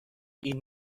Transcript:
این